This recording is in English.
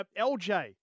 LJ